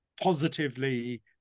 positively